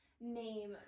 name